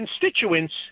constituents